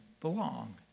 belong